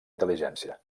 intel·ligència